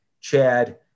Chad